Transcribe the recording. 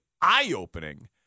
eye-opening